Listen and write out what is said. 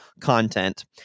content